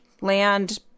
land